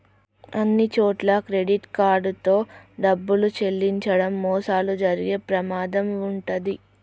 అన్నిచోట్లా credit card తో డబ్బులు చెల్లించడం మోసాలు జరిగే ప్రమాదం వుంటది